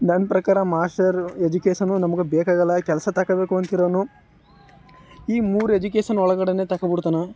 ನನ್ನ ಪ್ರಕಾರ ಮಾಸ್ಟರ್ ಎಜುಕೇಸನೂ ನಮ್ಗೆ ಬೇಕಾಗೋಲ್ಲ ಕೆಲಸ ತಗೊಳ್ಬೇಕು ಅಂತ ಇರೋ ಅವ್ನು ಈ ಮೂರು ಎಜುಕೇಶನ್ ಒಳಗಡೆಯೇ ತಗೊಂಡ್ಬಿಡ್ತಾನ